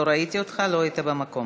לא ראיתי אותך, לא היית במקום.